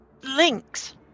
links